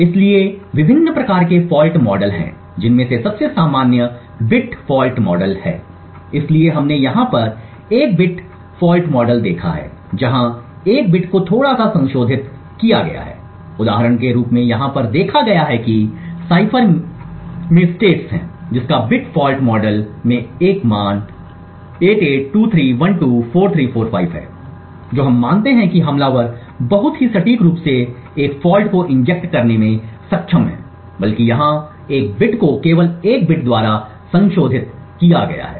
इसलिए विभिन्न प्रकार के फॉल्ट मॉडल हैं जिनमें से सबसे सामान्य बिट फॉल्ट मॉडल है इसलिए हमने यहाँ पर एक बिट फ़ॉल्ट मॉडल देखा है जहाँ एक बिट को थोड़ा सा संशोधित किया गया है उदाहरण के रूप में यहाँ पर देखा गया है कि साइफर में सटेट है जिसका बिट फॉल्ट मॉडल में एक मान 8823124345 है जो हम मानते हैं कि हमलावर बहुत ही सटीक रूप से एक गलती को इंजेक्ट करने में सक्षम है बल्कि यहां एक बिट को केवल एक बिट द्वारा संशोधित किया गया है